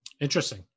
Interesting